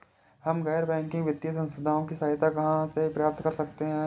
हम गैर बैंकिंग वित्तीय संस्थानों की सहायता कहाँ से प्राप्त कर सकते हैं?